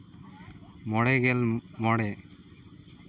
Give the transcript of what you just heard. ᱢᱚᱬᱮ ᱜᱮᱞ ᱢᱚᱬᱮ